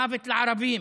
מוות לערבים,